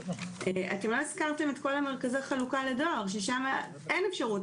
אתם לא הזכרתם את כל מרכזי החלוקה לדואר ששם אין אפשרות